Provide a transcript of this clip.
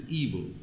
evil